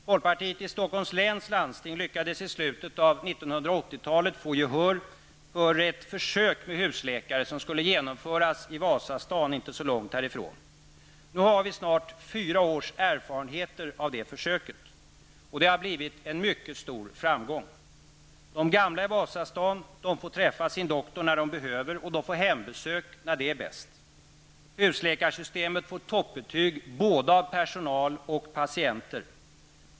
Folkpartiet i Stockholms läns landsting lyckades i slutet av 1980-talet få gehör för att ett försök med husläkare skulle genomföras i Vasastan inte så långt härifrån. Vi har nu snart fyra års erfarenheter av det försöket. Det har blivit en stor framgång. De gamla i Vasastan får träffa sin doktor när de behöver, och de får hembesök när det är bäst. Husläkarsystemet får toppbetyg av både personal och patienter.